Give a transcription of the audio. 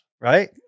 right